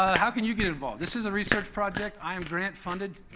um how can you get involved? this is a research project. i am grant-funded.